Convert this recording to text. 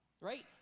right